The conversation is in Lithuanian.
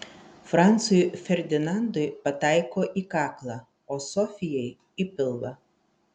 francui ferdinandui pataiko į kaklą o sofijai į pilvą